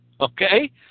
Okay